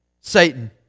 Satan